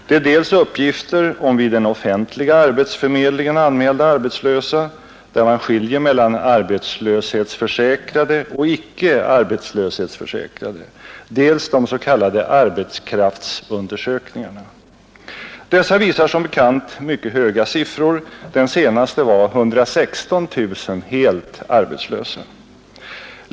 Det är dels uppgifter om vid den offentliga arbetsförmedlingen anmälda arbetslösa, där man skiljer mellan arbetslöshetsförsäkrade och icke arbetslöshetsförsäkrade, dels de s.k. arbetskraftsundersökningarna. Dessa visar som bekant mycket höga siffror; enligt den senaste var 116 000 helt arbetslösa.